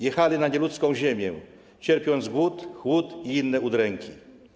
Jechali na nieludzką ziemię, cierpiąc głód, chłód i inne udręki.